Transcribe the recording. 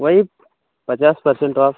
वही पचास percent of